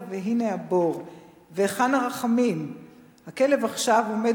החצר/ והנה הבור/ והיכן הרחמים?/ הכלב עכשיו/ עומד